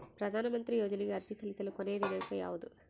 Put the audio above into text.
ಪ್ರಧಾನ ಮಂತ್ರಿ ಯೋಜನೆಗೆ ಅರ್ಜಿ ಸಲ್ಲಿಸಲು ಕೊನೆಯ ದಿನಾಂಕ ಯಾವದು?